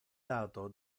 dato